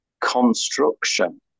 construction